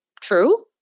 true